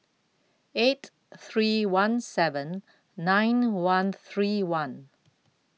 eight three one seven nine one three one